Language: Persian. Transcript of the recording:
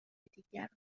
دیگران